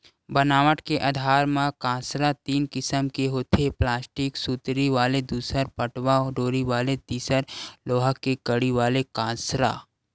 बनावट के आधार म कांसरा तीन किसम के होथे प्लास्टिक सुतरी वाले दूसर पटवा डोरी वाले तिसर लोहा के कड़ी वाले कांसरा